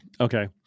Okay